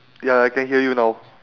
ya I can hear you now